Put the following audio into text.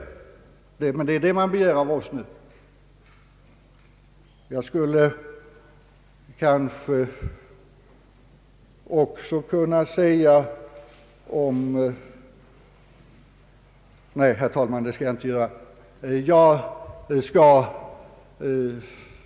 Det begärs av oss att vi skall göra det nu.